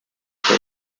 for